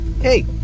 Hey